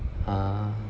ah